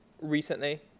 recently